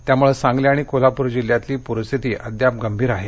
त्यामुळे सांगली आणि कोल्हापूर जिल्ह्यातली पूरस्थिती अजूनही गंभीर आहे